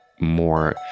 more